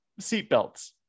seatbelts